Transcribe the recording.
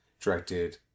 directed